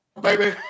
Baby